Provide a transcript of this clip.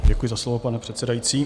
Děkuji za slovo, pane předsedající.